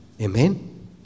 Amen